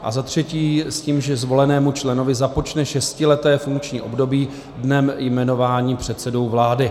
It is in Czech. A za třetí, s tím, že zvolenému členovi započne šestileté funkční období dnem jmenování předsedou vlády.